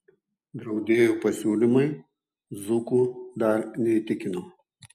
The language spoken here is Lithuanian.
draudėjų pasiūlymai dzūkų dar neįtikino